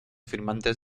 firmantes